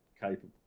capable